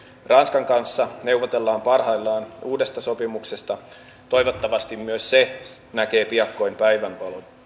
ranskan kanssa neuvotellaan parhaillaan uudesta sopimuksesta toivottavasti myös se näkee piakkoin päivänvalon